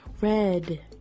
Red